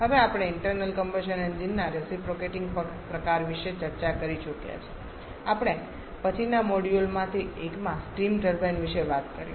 હવે આપણે internal combustion engine ના રેસીપ્રોકેટીંગ પ્રકાર વિશે ચર્ચા કરી ચુક્યા છીએ આપણે પછીના મોડ્યુલમાંથી એકમાં સ્ટીમ ટર્બાઇન વિશે વાત કરીશું